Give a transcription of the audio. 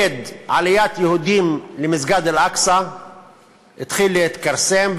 עליית יהודים למסגד אל-אקצא התחיל להתכרסם,